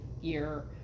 year